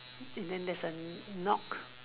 and then there's a knock